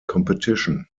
competition